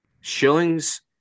shillings